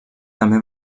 també